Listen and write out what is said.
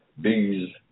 bees